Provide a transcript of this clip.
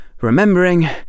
remembering